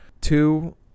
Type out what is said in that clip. Two